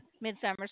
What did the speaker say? Midsummer